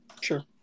sure